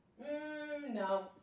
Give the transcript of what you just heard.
No